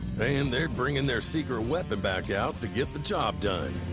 and they're bringing their secret weapon back out to get the job done.